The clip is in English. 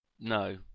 No